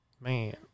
Man